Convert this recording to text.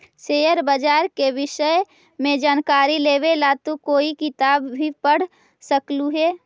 share बाजार के विष्य में जानकारी लेवे ला तू कोई किताब भी पढ़ सकलू हे